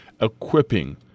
equipping